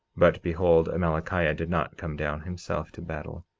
but behold, amalickiah did not come down himself to battle.